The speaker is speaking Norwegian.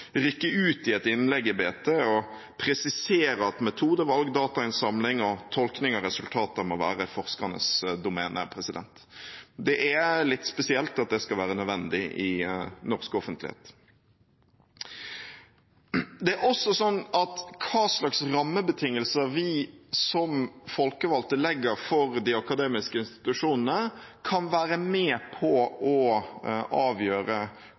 ut i et innlegg i Bergens Tidende og presisere at metodevalg, datainnsamling og tolkning av resultater må være forskernes domene. Det er litt spesielt at det skal være nødvendig i norsk offentlighet. Det er også sånn at hva slags rammebetingelser vi som folkevalgte legger for de akademiske institusjonene, kan være med på å avgjøre